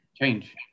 change